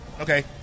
Okay